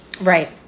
Right